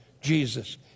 Jesus